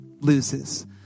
loses